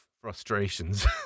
frustrations